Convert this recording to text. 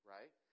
Right